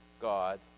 God